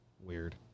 weird